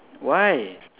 why